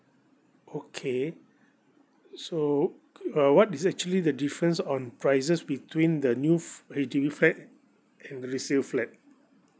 okay so uh what is actually the difference on prices between the new fl~ H_D_B flat and the resale flat